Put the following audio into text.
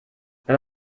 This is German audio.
wenn